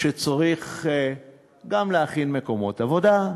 שצריך גם להכין מקומות עבודה,